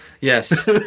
Yes